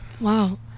Wow